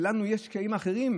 שלנו יש קשיים אחרים?